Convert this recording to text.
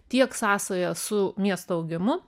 tiek sąsaja su miesto augimu